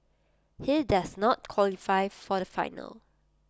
he does not qualify for the final